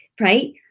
right